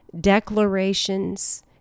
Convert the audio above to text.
declarations